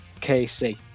kc